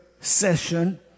session